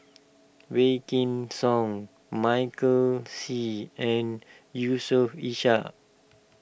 Song Michael Seet and Yusof Ishak